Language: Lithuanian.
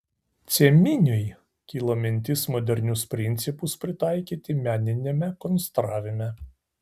cieminiui kilo mintis modernius principus pritaikyti meniniame konstravime